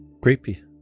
Creepy